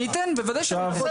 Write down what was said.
אני אתן, בוודאי שאני אתן.